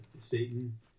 Satan